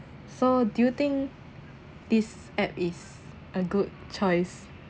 so do you think this app is a good choice